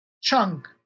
chunk